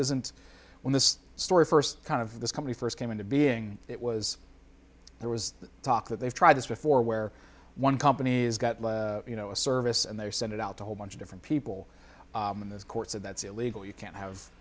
isn't when this story first kind of this company first came into being it was there was talk that they've tried this before where one company's got you know a service and they sent out a whole bunch of different people in this court so that's illegal you can't have